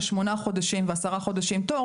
שמונה חודשים או עשרה חודשים תור